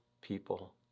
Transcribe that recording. people